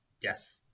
Yes